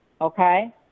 okay